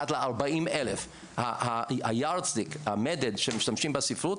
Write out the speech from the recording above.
יחס של 1:40,000. המדד שמשתמשים בספרות,